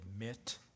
admit